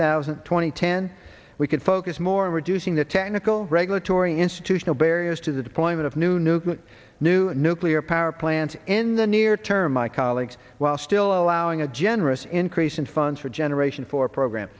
thousand and twenty ten we could focus more on reducing the technical regulatory institutional barriers to the deployment of new nuclear new nuclear power plants in the near term my colleagues while still allowing a generous increase in funds for generation for program